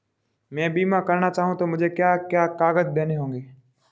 मैं बीमा करना चाहूं तो मुझे क्या क्या कागज़ देने होंगे?